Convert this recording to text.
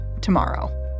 tomorrow